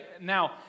Now